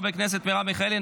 חברי הכנסת מרב מיכאלי,